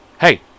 hey